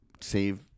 save